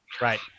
right